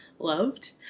loved